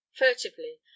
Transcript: furtively